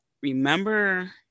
remember